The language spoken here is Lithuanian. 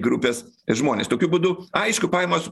grupės žmonės tokiu būdu aišku pajamos